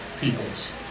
peoples